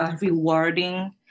rewarding